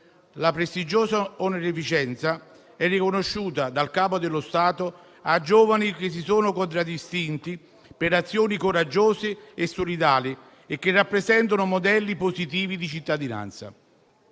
La prestigiosa onorificenza è riconosciuta dal Capo dello Stato a giovani che si sono contraddistinti per azioni coraggiose e solidali e che rappresentano modelli positivi di cittadinanza.